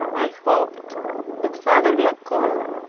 i hoped that father la combe,